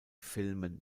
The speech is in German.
filmen